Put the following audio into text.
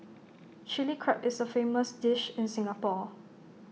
Chilli Crab is A famous dish in Singapore